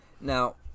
now